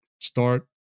start